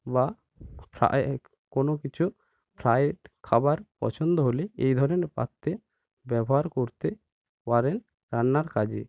বা ফ্রায়ে কোনও কিছু ফ্রায়েড খাবার পছন্দ হলে এই ধরনের পাত্র ব্যবহার করতে পারেন রান্নার কাজে